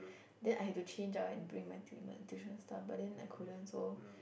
then I had to change out and bring my tui~ my tuition stuff but then I couldn't so